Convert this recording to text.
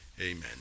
amen